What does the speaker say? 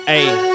Hey